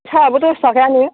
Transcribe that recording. साहायाबो दस थाखायानो